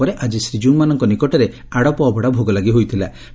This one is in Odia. ପରେ ଆଜି ଶ୍ରୀଜୀଉମାନଙ୍କ ନିକଟରେ ଆଡ଼ପ ଅଭଡ଼ା ଭୋଗ ଲାଗି ହୋଇଥ୍ଲା